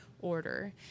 Order